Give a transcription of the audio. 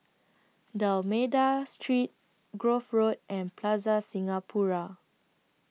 D'almeida Street Grove Road and Plaza Singapura